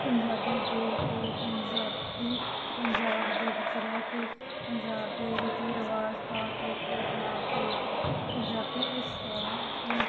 ਪੰਜਾਬੀ ਬੋਲ ਕੇ ਪੰਜਾਬੀ ਪੰਜਾਬ ਦੇ ਵਿੱਚ ਰਹਿ ਕੇ ਪੰਜਾਬ ਦੇ ਰੀਤੀ ਰਿਵਾਜ਼ ਤੌਰ ਤਰੀਕੇ ਅਪਣਾ ਕੇ ਪੰਜਾਬੀ ਇਸ ਤਰ੍ਹਾਂ ਆਪਣੇ